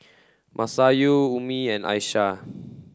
Masayu Ummi and Aisyah